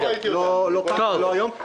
לא פעם ולא היום.